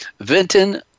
Vinton